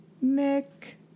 Nick